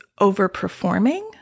overperforming